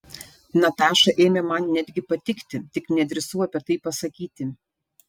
nataša ėmė man netgi patikti tik nedrįsau apie tai pasakyti